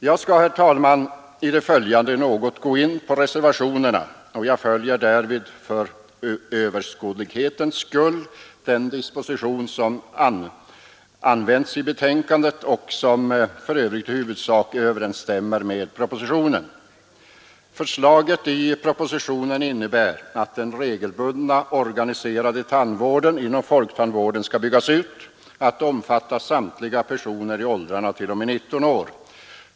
Jag skall, herr talman, i det följande något gå in på reservationerna, och jag följer därvid för överskådlighetens skull den disposition som används i betänkandet och som för övrigt i huvudsak överensstämmer med propositionen. på Förslaget i propositionen innebär att den regelbundna, organiserade tandvården inom folktandvården skall byggas ut att omfatta samtliga personer i åldrarna t.o.m. 19 år.